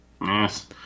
Yes